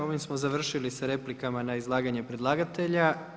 Ovim smo završili sa replikama na izlaganje predlagatelja.